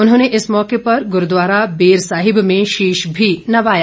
उन्होंने इस मौके पर गुरूद्वारा बेर साहिब में शीश भी नवाया